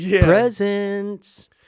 presents